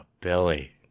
Billy